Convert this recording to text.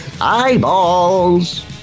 Eyeballs